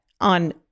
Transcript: on